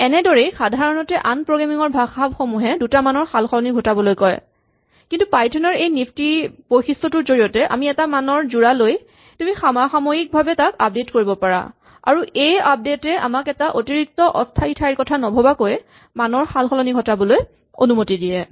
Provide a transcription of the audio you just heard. এনেদৰেই সাধাৰণতে আন প্ৰগ্ৰেমিং ৰ ভাষাসমূহে দুটা মানৰ সালসলনি ঘটাবলৈ কয় কিন্তু পাইথন ৰ এই নিফ্টী বৈশিষ্টটোৰ জৰিয়তে আমি এটা মানৰ যোৰা লৈ তুমি সমসাময়িকভাৱে তাক আপডেট কৰিব পাৰা আৰু এই আপডেট এ আমাক এটা অতিৰিক্ত অস্হায়ী ঠাইৰ কথা নভৱাকৈয়ে মানৰ সালসলনি ঘটাবলৈ অনুমতি দিয়ে